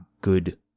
good